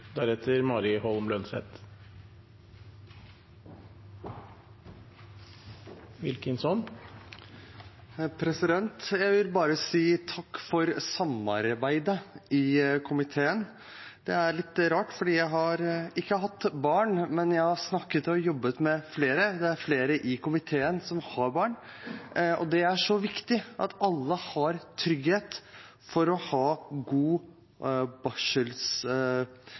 litt rart, for jeg har ikke barn, men jeg har snakket og jobbet med flere, og det er flere i komiteen som har barn. Det er så viktig at alle har trygghet for å få god